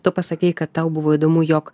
tu pasakei kad tau buvo įdomu jog